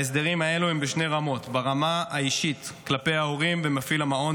ההסדרים האלו הם בשתי רמות: ברמה האישית כלפי ההורים ומפעיל המעון,